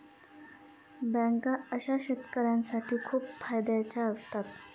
अशा बँका शेतकऱ्यांसाठी खूप फायद्याच्या असतात